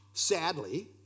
Sadly